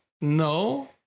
no